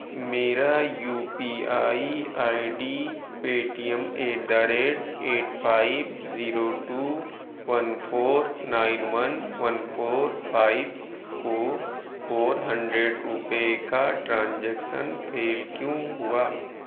میرا U P I I D Paytm at the rate at five zero two one four nine one one four five کو four hundred روپے کا transaction fail کیوں ہوا